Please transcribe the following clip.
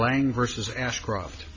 lang versus ashcroft